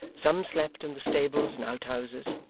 some slept in the stable and outhouses,